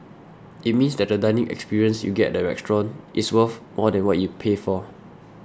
it means that the dining experience you get at the restaurant is worth more than what you pay for